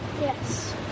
Yes